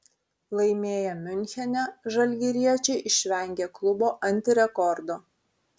laimėję miunchene žalgiriečiai išvengė klubo antirekordo